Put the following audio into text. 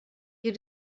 you